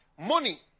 Money